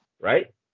right